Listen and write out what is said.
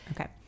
Okay